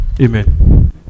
Amen